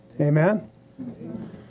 Amen